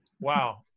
wow